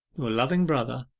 your loving brother,